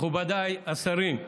מכובדיי השרים,